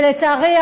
ולצערי,